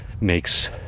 makes